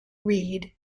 reid